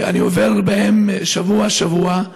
אני עובר בהם שבוע-שבוע: